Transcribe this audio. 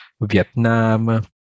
Vietnam